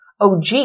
OG